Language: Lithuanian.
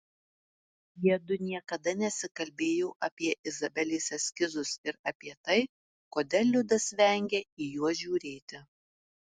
jiedu niekada nesikalbėjo apie izabelės eskizus ir apie tai kodėl liudas vengia į juos žiūrėti